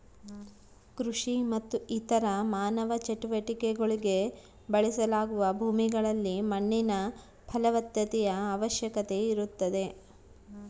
ಕೃಷಿ ಮತ್ತು ಇತರ ಮಾನವ ಚಟುವಟಿಕೆಗುಳ್ಗೆ ಬಳಸಲಾಗುವ ಭೂಮಿಗಳಲ್ಲಿ ಮಣ್ಣಿನ ಫಲವತ್ತತೆಯ ಅವಶ್ಯಕತೆ ಇರುತ್ತದೆ